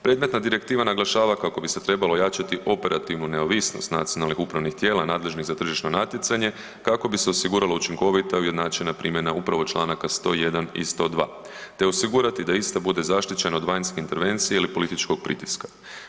Predmetna direktiva naglašava kako bi se trebalo ojačati operativnu neovisnost nacionalnih upravnih tijela nadležnih za tržišno natjecanje kako bi se osiguralo učinkovita, ujednačena primjena upravo čl. 101. i 102. te osigurati da ista bude zaštićena od vanjskih intervencija ili političkog pritiska.